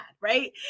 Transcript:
Right